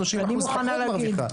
מרוויחה.